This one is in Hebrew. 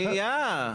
רגע.